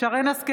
שרן מרים השכל,